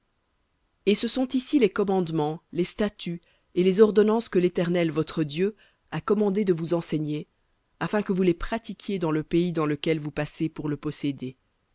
et ce sont ici les commandements les statuts et les ordonnances que l'éternel votre dieu a commandé de vous enseigner afin que vous les pratiquiez dans le pays dans lequel vous passez pour le posséder